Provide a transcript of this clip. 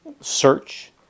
search